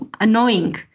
annoying